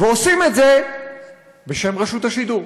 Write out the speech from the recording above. ועושים את זה בשם רשות השידור.